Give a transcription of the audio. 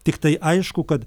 tiktai aišku kad